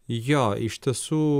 jo iš tiesų